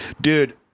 Dude